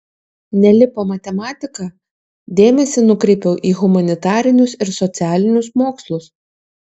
nelipo matematika dėmesį nukreipiau į humanitarinius ir socialinius mokslus